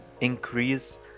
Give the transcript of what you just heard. increase